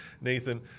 Nathan